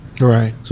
Right